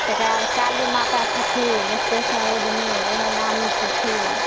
तकरा बाद काली माता छथिन स्टेशन रोडमे ओहो नामी छथिन